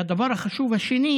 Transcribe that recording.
והדבר החשוב השני,